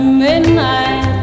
midnight